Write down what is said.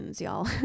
y'all